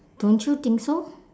don't you think so